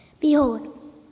behold